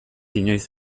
inoiz